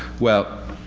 well,